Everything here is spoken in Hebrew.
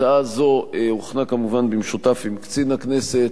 הצעה זו הוכנה, כמובן, במשותף עם קצין הכנסת